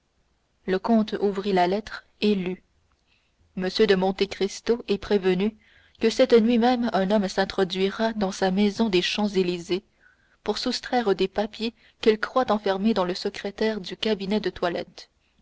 le comte ouvrit la lettre et lut m de monte cristo est prévenu que cette nuit même un homme s'introduira dans sa maison des champs-élysées pour soustraire des papiers qu'il croit enfermés dans le secrétaire du cabinet de toilette